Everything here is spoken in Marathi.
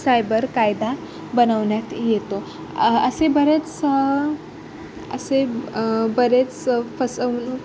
सायबर कायदा बनवण्यात येतो असे बरेच असे बरेच फसवणूक